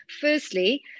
firstly